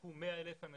נדבקו 100,000 אנשים.